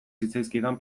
zitzaizkidan